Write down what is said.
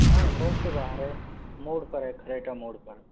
हाँ हिंडौन से बाहर है मोड़ पर है खरेटा मोड़ पर